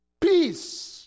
peace